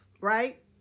right